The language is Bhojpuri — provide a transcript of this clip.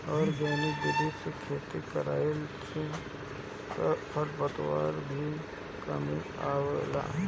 आर्गेनिक विधि से खेती कईला से खरपतवार में भी कमी आवेला